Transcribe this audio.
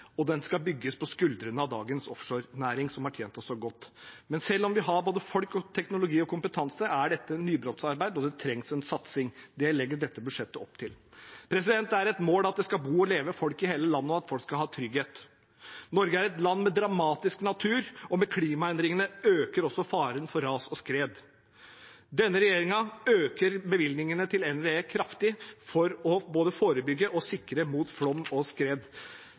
og den skal bygges på skuldrene av dagens offshorenæring, som har tjent oss så godt. Men selv om vi har både folk, teknologi og kompetanse, er dette nybrottsarbeid, og det trengs en satsing. Det legger dette budsjettet opp til. Det er et mål at det skal bo og leve folk i hele landet, og at folk skal ha trygghet. Norge er et land med dramatisk natur, og med klimaendringene øker også faren for ras og skred. Denne regjeringen øker bevilgningene til NVE kraftig for både å forebygge og sikre mot flom og skred.